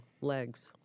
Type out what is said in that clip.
legs